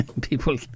people